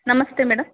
ನಮಸ್ತೆ ಮೇಡಮ್